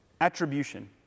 Attribution